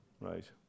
Right